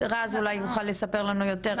אז רז אולי יכול לספר לנו יותר על זה.